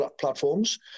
platforms